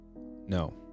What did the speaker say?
No